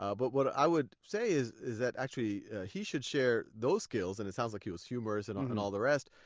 ah but what i would say is is that actually he should share those skills, and it sounds like he was humorous and um and all the rest,